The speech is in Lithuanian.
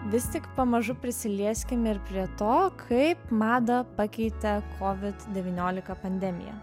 vis tik pamažu prisilieskim ir prie to kaip madą pakeitė covid devyniolika pandemija